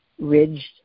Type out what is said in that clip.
Ridged